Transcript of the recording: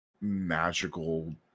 magical